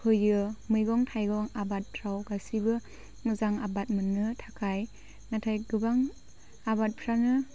होयो मैगं थाइगं आबादफ्राव गासैबो मोजां आबाद मोननो थाखाय नाथाय गोबां आबादफ्रानो